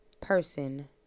person